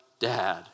Dad